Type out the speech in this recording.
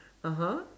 (uh huh)